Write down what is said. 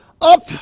up